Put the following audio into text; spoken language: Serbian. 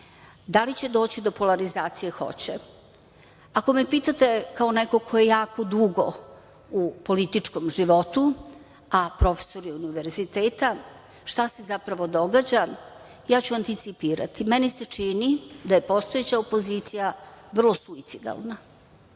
li će doći do polarizacije? Hoće. Ako me pitanje, kao nekog ko je jako dugo u političkom životu, a profesor je univerziteta, šta se zapravo događa, ja ću anticipirati. Meni se čini da je postojeća opozicija vrlo suicidalna.